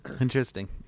Interesting